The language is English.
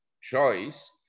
choice